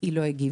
היא לא הגיבה,